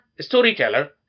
storyteller